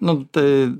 nu tai